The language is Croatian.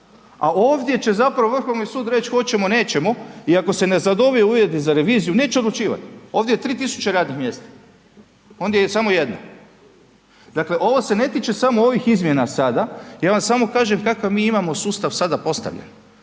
a ovdje će zapravo Vrhovni sud reći hoćemo, nećemo iako se ne zadobiju uvjeti za reviziju neće odlučivat. Ovdje je 3.000 radnih mjesta ondje je samo jedno. Dakle, ovo se ne tiče samo ovih izmjena sada, ja vam samo kažem kakav mi imamo sustav sada postavljen